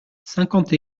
cinquante